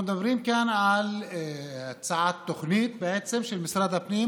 אנחנו מדברים כאן על הצעת תוכנית של משרד הפנים